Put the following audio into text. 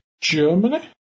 Germany